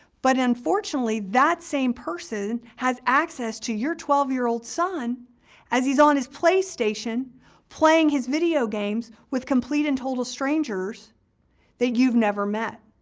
but unfortunately that same person has access to your twelve year old son as he's on his playstation playing his video games with complete and total strangers that you've never met.